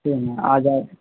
ٹھیک ہے آ جاؤ